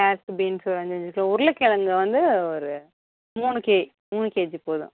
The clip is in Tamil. கேரட்டு பீன்ஸ்ஸு ஒரு அஞ்சஞ்சு கிலோ உருளைகிழங்கு வந்து ஒரு மூணு கே மூணு கேஜி போதும்